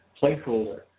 placeholder